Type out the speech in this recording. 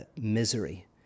misery